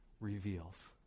reveals